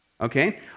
Okay